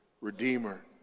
Redeemer